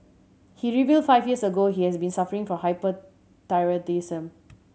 he revealed five years ago he has been suffering from hyperthyroidism